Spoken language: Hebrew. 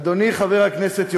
אדוני חבר הכנסת יוגב,